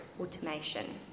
automation